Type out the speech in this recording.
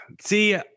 See